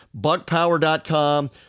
Buckpower.com